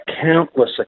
countless